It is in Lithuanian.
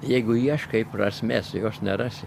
jeigu ieškai prasmės jos nerasi